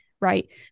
right